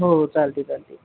हो हो चालते चालते